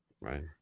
right